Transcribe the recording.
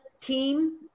team